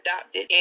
adopted